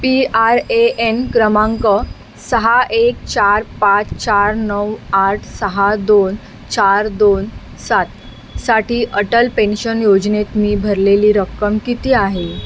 P R A N क्रमांक सहा एक चार पाच चार नऊ आठ सहा दोन चार दोन सात साठी अटल पेन्शन योजनेत मी भरलेली रक्कम किती आहे